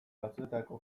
batzuetako